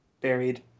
buried